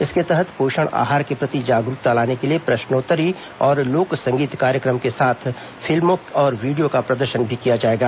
इसके तहत पोषण आहार के प्रति जागरूकता लाने के लिए प्रश्नोत्तरी और लोक संगीत कार्यक्रम के साथ फिल्मों और वीडियो का प्रदर्शन भी किया जाएगा